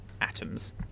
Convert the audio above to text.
atoms